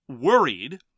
worried